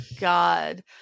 god